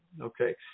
Okay